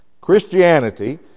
Christianity